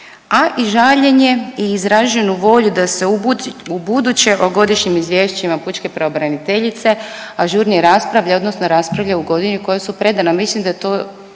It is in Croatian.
a i žaljenje i izraženu volju da se u buduće o godišnjim izvješćima pučke pravobraniteljice ažurnije raspravlja, odnosno raspravlja u godini u kojoj su predana. Mislim da je to